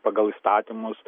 pagal įstatymus